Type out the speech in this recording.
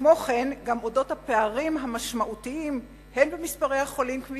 וכמו כן גם על אודות הפערים המשמעותיים במספרי החולים כפי